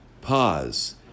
pause